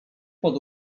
pod